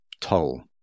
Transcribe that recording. toll